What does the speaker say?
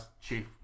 Chief